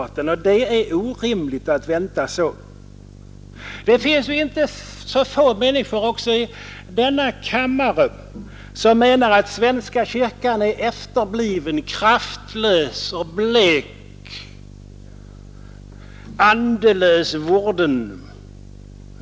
Det är orimligt att vänta så länge. Inte få människor, också i denna kammare, menar att svenska kyrkan är efterbliven och kraftlös samt blek och ”andelös vorden”.